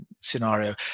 scenario